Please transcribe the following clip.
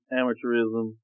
amateurism